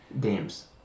games